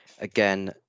again